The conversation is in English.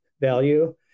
value